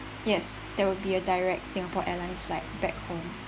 yes that will be a direct singapore airlines flight back home